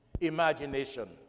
imagination